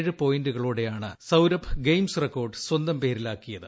ഗ്രപ്പോയിന്റുകളോടെയാണ് Saurabh games record സ്വന്തം ഫ്രിലാക്കിയത്